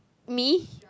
me